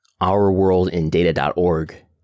ourworldindata.org